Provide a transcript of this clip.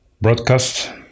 broadcast